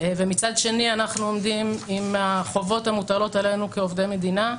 ומצד שני אנחנו עומדים עם החובות המוטלות עלינו כעובדי מדינה.